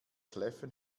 kläffen